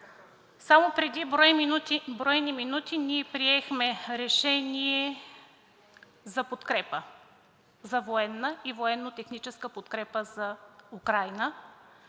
Само преди броени минути ние приехме Решение за подкрепа, за военна и военно-техническа подкрепа за Украйна,